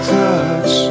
touch